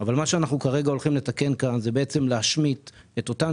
אבל מה שאנחנו כרגע הולכים לתקן כאן זה בעצם להשמיט את אותן